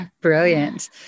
brilliant